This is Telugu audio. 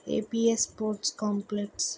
APS sports complex